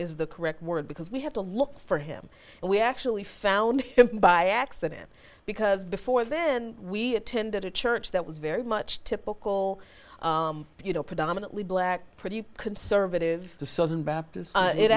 is the correct word because we have to look for him and we actually found him by accident because b for then we attended a church that was very much typical you know predominantly black pretty conservative the southern baptists